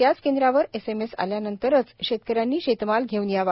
त्याचकेंद्रावर SMS आल्यानंतरच शेतकऱ्यांनी शेतमाल घेऊन यावा